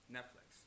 Netflix